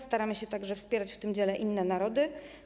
Staramy się także wspierać w tym dziele inne narody.